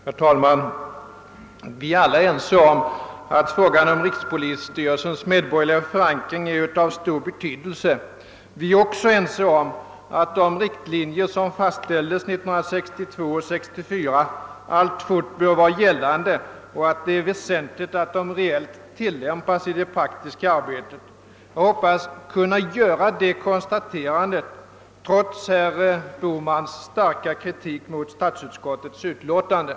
Herr talman! Vi är alla ense om att frågan om rikspolisstyrelsens medborgerliga förankring är av stor betydelse. Vi är också ense om att de riktlinjer som fastställdes 1962 och 1964 alltfort bör vara gällande och att det är väsentligt att de reellt tillämpas i det praktiska arbetet. Jag hoppas kunna göra detta konstaterande trots herr Bohmans starka kritik mot statsutskottets utlåtande.